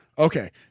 Okay